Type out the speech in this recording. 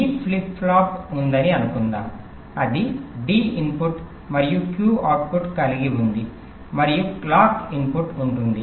D flip flop ఉందని అనుకుందాం అది D ఇన్పుట్ మరియు Q అవుట్పుట్ కలిగి ఉంది మరియు క్లాక్ ఇన్పుట్ ఉంటుంది